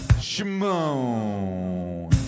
Shimon